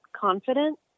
confident